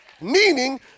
Meaning